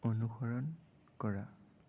অনুসৰণ কৰা